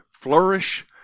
flourish